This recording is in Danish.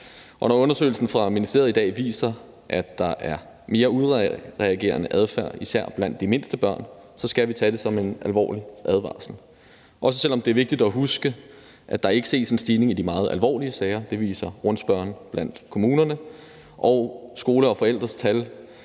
når undersøgelsen fra ministeriet viser, at der i dag er mere udadreagerende adfærd blandt især de mindste børn, så skal vi tage det som en alvorlig advarsel, også selv om det er vigtigt at huske, at der ikke ses en stigning i de meget alvorlige sager. Det viser rundspørgen blandt kommunerne. Og i forhold til